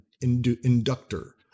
inductor